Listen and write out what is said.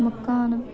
मक्कां न